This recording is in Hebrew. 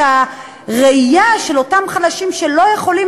את הראייה של אותם חלשים שלא יכולים